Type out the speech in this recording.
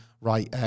right